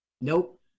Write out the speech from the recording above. Nope